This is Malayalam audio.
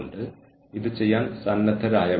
കൂടാതെ ഈ ആളുകൾ നല്ലവരാണ്